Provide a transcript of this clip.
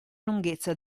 lunghezza